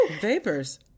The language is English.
Vapors